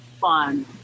fun